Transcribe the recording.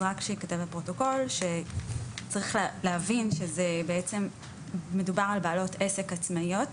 שיהיה בפרוטוקול שצריך להבין שמדובר על בעלות עסק עצמאיות